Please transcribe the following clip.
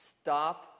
stop